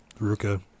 Ruka